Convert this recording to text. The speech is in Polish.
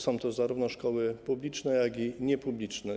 Są to zarówno szkoły publiczne, jak i niepubliczne.